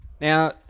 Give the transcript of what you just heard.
now